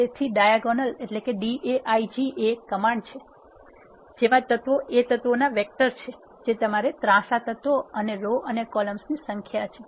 તેથી daig એ command છે જેમાં તત્વો એ તત્વોના વેક્ટર છે જે તમારે ત્રાંસા તત્વો અને રો અને કોલમ્સ ની સંખ્યા છે